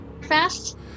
fast